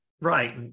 Right